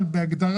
אין הבדל